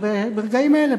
ברגעים האלה,